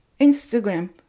Instagram